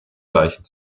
gleichen